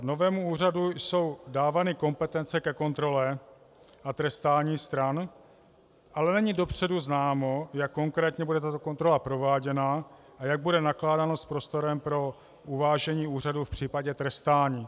Novému úřadu jsou dávány kompetence ke kontrole a trestání stran, ale není dopředu známo, jak konkrétně bude tato kontrola prováděna a jak bude nakládáno s prostorem pro uvážení úřadu v případě trestání.